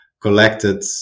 collected